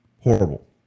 Horrible